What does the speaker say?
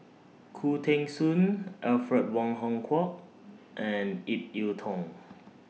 Khoo Teng Soon Alfred Wong Hong Kwok and Ip Yiu Tung